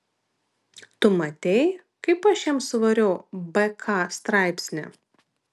tu matei kaip aš jam suvariau bk straipsnį